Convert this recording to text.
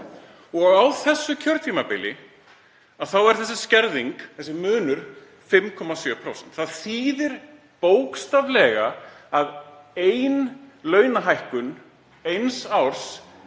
Á þessu kjörtímabili er þessi skerðing, þessi munur, 5,7%. Það þýðir bókstaflega að ein launahækkun eins árs